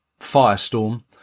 firestorm